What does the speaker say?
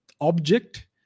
object